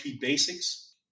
basics